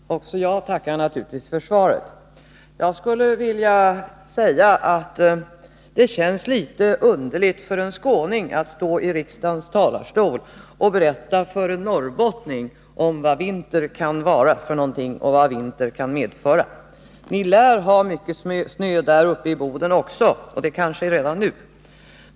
Herr talman! Också jag tackar naturligtvis för svaret. Det känns litet underligt för en skåning att stå i riksdagens talarstol och berätta för en norrbottning vad vinter kan vara och medföra. Ni lär ha mycket snö uppe i Boden också — kanske redan nu.